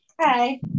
hi